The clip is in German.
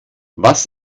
was